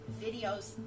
videos